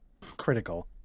critical